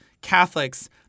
Catholics